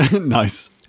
Nice